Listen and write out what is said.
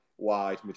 Wide